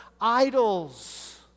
idols